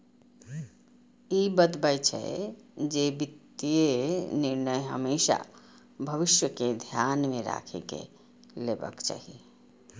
ई बतबै छै, जे वित्तीय निर्णय हमेशा भविष्य कें ध्यान मे राखि कें लेबाक चाही